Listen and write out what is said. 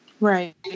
right